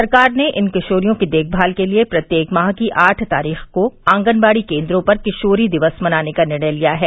सरकार ने इन किशोरियों की देखभाल के लिये प्रत्येक माह की आठ तारीख को आंगनबाड़ी केन्द्रो पर किशोरी दिवस मनाने का निर्णय लिया है